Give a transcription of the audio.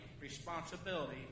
responsibility